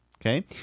Okay